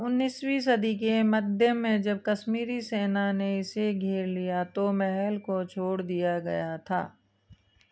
उन्निसवीं सदी के मध्य में जब कश्मीरी सेना ने इसे घेर लिया तो महल को छोड़ दिया गया था